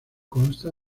consta